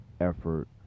effort